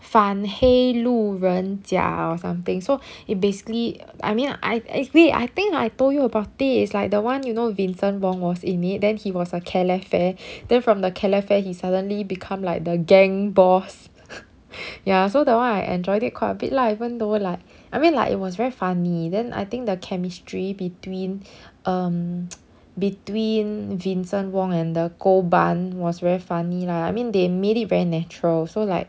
反黑路人甲 or something so it basically I mean I basically I think I told you about it is like the one you know vincent wong was in it then he was a calefare then from the calefare he suddenly become like the gang boss ya so the one I enjoyed it quite a bit lah even though like I mean like it was very funny then I think the chemistry between um between vincent wong and the ko ban was very funny lah I mean they made it very natural so like